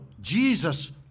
Jesus